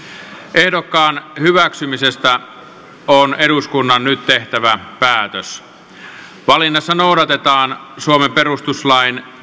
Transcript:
ehdokkaan hyväksymisestä on eduskunnan nyt tehtävä päätös valinnassa noudatetaan suomen perustuslain